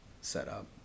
setup